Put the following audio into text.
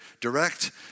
direct